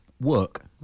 work